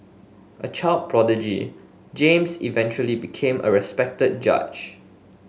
a child prodigy James eventually became a respected judge